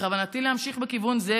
בכוונתי להמשיך בכיוון זה,